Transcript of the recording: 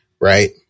right